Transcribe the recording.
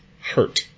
hurt